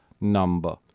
number